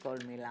כל מילה,